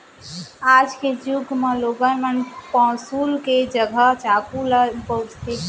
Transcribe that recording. आज के जुग म लोगन मन पौंसुल के जघा चाकू ल बउरत हें